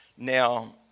Now